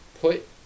put